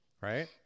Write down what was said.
right